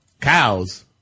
cows